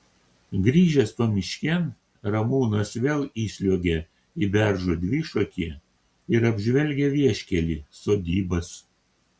grįžęs pamiškėn ramūnas vėl įsliuogia į beržo dvišakį ir apžvelgia vieškelį sodybas